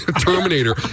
Terminator